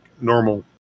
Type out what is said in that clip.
normal